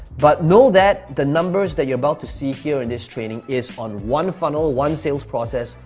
but know that the numbers that you're about to see here in this training is on one funnel, one sales process,